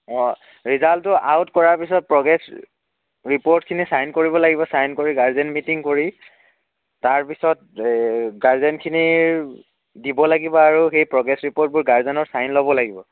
অ' ৰেজাল্টটো আউট কৰাৰ পিছত প্ৰগ্ৰেছ ৰিপৰ্টখিনি চাইন কৰিব লাগিব চাইন কৰি গাৰ্জেন মিটিং কৰি তাৰপিছত গাৰ্জেনখিনিৰ দিব লাগিব আৰু সেই প্ৰগ্ৰেছ ৰিপৰ্টবোৰত গাৰ্জেনৰ চাইন ল'ব লাগিব